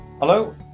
Hello